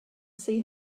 see